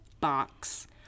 box